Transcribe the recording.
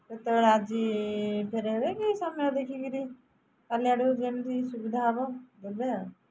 କେତେବେଳେ ଆଜି ଫେରାଇବେ କି ସମୟ ଦେଖିକରି କଲିଆଡ଼ୁ ଯେମିତି ସୁବିଧା ହେବ ଦେବେ ଆଉ